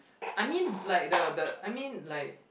I mean like the the I mean like